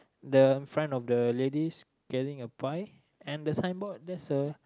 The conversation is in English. the front of the ladies getting a pie and the signboard there's a